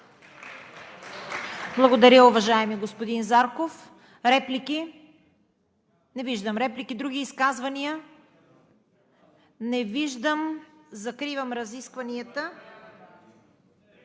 Благодаря, уважаеми господин Зарков. Реплики? Не виждам. Други изказвания? Не виждам. Закривам разискванията.